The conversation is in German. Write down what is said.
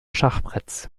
schachbretts